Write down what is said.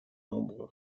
nombre